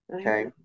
okay